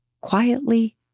quietly